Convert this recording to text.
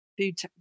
food